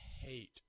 hate